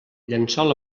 llençol